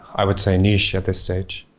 i would say, niche at this stage.